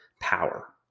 power